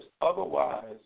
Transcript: otherwise